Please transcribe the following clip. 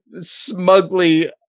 smugly